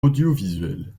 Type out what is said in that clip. audiovisuels